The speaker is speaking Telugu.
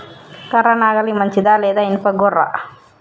కర్ర నాగలి మంచిదా లేదా? ఇనుప గొర్ర?